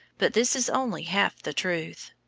but this is only half the truth.